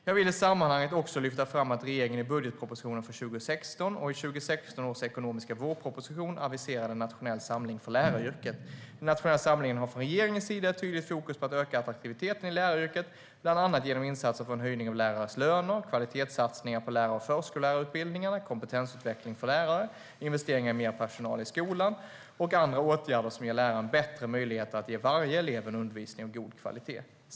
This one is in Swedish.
Jag vill i sammanhanget också lyfta fram att regeringen i budgetpropositionen för 2016 och i 2016 års ekonomiska vårproposition aviserade en nationell samling för läraryrket. Den nationella samlingen har från regeringens sida ett tydligt fokus på att öka attraktiviteten i läraryrket, bland annat genom insatser för en höjning av lärares löner, kvalitetssatsningar på lärar och förskollärarutbildningarna, kompetensutveckling för lärare, investeringar i mer personal i skolan och andra åtgärder som ger läraren bättre möjligheter att ge varje elev en undervisning av god kvalitet.